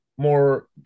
more